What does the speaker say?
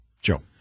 Joe